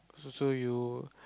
so so you